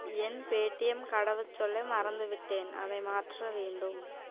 என் Paytm கடவுச்சொல்லை மறந்துவிட்டேன் அதை மாற்ற வேண்டும்